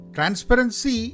Transparency